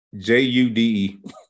J-U-D-E